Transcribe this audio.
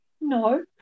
No